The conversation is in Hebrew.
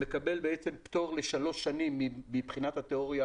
מקבל פטור לשלוש שנים מבחינת התיאוריה